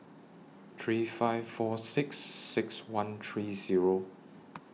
three five four six six one three Zero